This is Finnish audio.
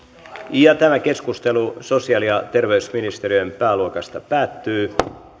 asiaan tämä keskustelu sosiaali ja terveysministeriön pääluokasta päättyy